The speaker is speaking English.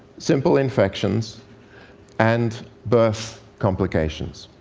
simple infections and birth complications.